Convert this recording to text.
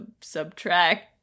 subtract